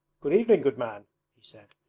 good evening, good man he said,